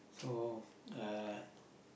so uh